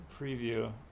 Preview